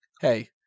Hey